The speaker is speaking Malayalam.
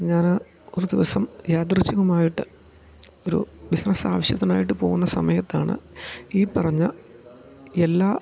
ഞാൻ ആ ഒരു ദിവസം യാദൃശ്ചികമായിട്ട് ഒരു ബിസിനസ് ആവശ്യത്തിനായിട്ട് പോകുന്ന സമയത്താണ് ഈ പറഞ്ഞ എല്ലാ